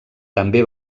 també